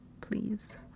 please